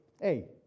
hey